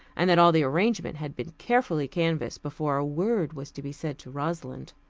and that all the arrangements had been carefully canvassed before a word was to be said to rosalind.